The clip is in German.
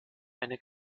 eine